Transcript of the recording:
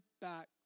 back